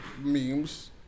memes